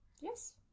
Yes